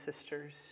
sisters